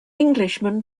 englishman